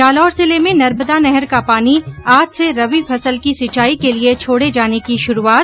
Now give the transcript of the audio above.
जालौर जिले में नर्मदा नहर का पानी आज से रबी फसल की सिंचाई के लिये छोडे जाने की शुरूआत